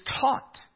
taught